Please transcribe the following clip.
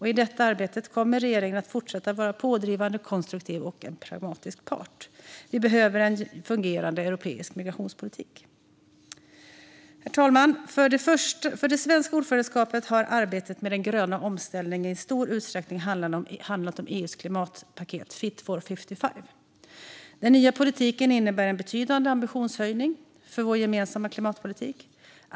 I detta arbete kommer regeringen att fortsätta att vara en pådrivande, konstruktiv och pragmatisk part. Vi behöver en fungerande europeisk migrationspolitik. Herr talman! För det svenska ordförandeskapet har arbetet med den gröna omställningen i stor utsträckning handlat om EU:s klimatpaket Fit for 55. Den nya politiken innebär en betydande ambitionshöjning för vår gemensamma klimatpolitik.